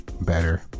better